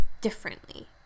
differently